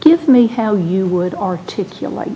give me how you would articulate